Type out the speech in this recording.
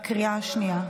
התקבל בקריאה השנייה.